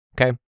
okay